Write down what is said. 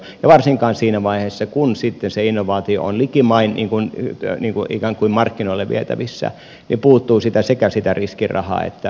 ja varsinkin siinä vaiheessa kun sitten se innovaatio on likimain niin kuin kykyä nivoenkään kun markkinoille vietävissä puuttuu sekä sitä riskirahaa että sitten vähän velkarahaakin